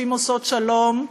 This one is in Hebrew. נשים עושות שלום.